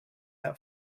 that